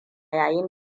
yayin